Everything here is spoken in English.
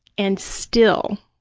and still,